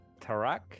Tarak